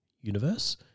universe